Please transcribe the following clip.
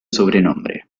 sobrenombre